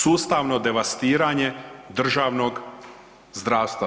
Sustavno devastiranje državnog zdravstva.